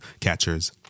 catchers